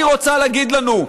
היא רוצה להגיד לנו.